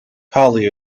holly